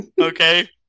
okay